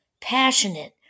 passionate